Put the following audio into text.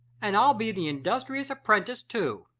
and i'll be the industrious apprentice too.